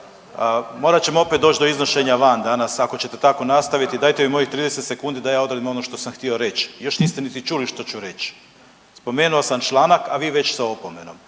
morat ćemo opet doć do iznošenja van danas ako ćete tako nastaviti, dajte mi mojih 30 sekundi da ja odradim ono što sam htio reć, još niste niti čuli što ću reći. Spomenuo sam članak, a vi već sa opomenom,